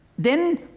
then,